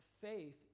faith